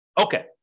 Okay